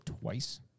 twice